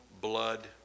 blood